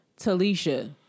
Talisha